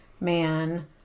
man